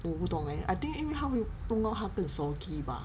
oh 我不懂 eh I think 他会弄到它很 soggy bah